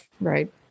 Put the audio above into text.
right